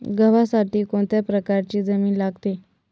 गव्हासाठी कोणत्या प्रकारची जमीन लागते?